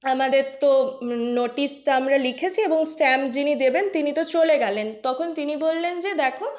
আমাদের তো নোটিশটা আমরা লিখেছি এবং স্ট্যাম্প যিনি দেবেন তিনি তো চলে গেলেন তখন তিনি বললেন যে দেখো